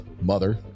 mother